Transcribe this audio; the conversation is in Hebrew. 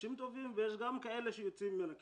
אנשים טובים וגם יוצאים מן הכלל.